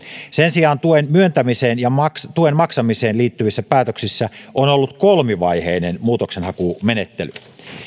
sen sijaan tuen myöntämiseen ja tuen maksamiseen liittyvissä päätöksissä on ollut kolmivaiheinen muutoksenhakumenettely